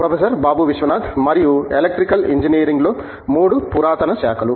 professor Babu Vishwanath మరియు electrical ఇంజనీరింగ్లో 3 పురాతన శాఖలు